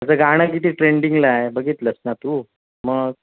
त्याचं गाणं किती ट्रेंडिंगला आहे बघितलं आहेस ना तू मग